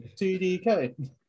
tdk